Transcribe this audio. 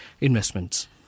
investments